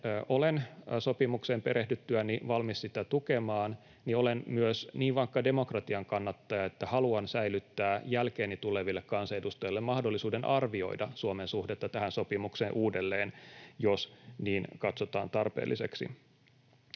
olen sopimukseen perehdyttyäni valmis sitä tukemaan, olen myös niin vankka demokratian kannattaja, että haluan säilyttää jälkeeni tuleville kansanedustajille mahdollisuuden arvioida Suomen suhdetta tähän sopimukseen uudelleen, jos niin katsotaan tarpeelliseksi.